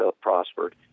prospered